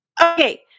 Okay